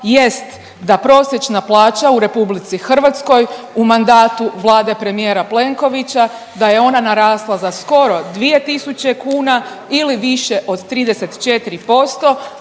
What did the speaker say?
jest da prosječna plaća u RH u mandatu vlade premijera Plenkovića da je ona narasla za skoro 2 tisuće kuna ili više od 34%,